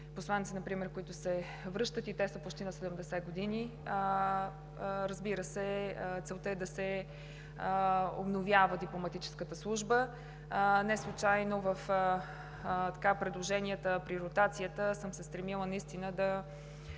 например, които се връщат и те са почти на 70 години. Разбира се, целта е да се обновява дипломатическата служба. Неслучайно в предложенията при ротацията съм се стремила да